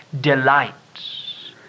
delights